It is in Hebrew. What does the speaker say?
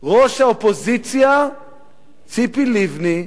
ראש האופוזיציה ציפי לבני.